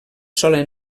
sola